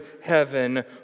heaven